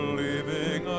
leaving